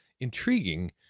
intriguing